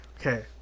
Okay